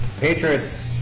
Patriots